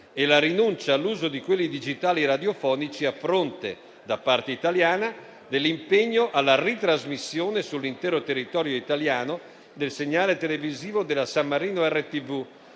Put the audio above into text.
e la rinuncia all'uso di quelli digitali radiofonici, a fronte, da parte italiana, dell'impegno alla ritrasmissione sull'intero territorio italiano del segnale televisivo della San Marino RTV,